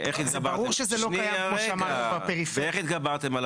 ואיך התגברתם --- זה ברור שזה לא קיים כמו שאמרתם בפריפריה.